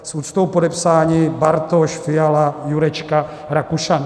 S úctou podepsáni Bartoš, Fiala, Jurečka, Rakušan.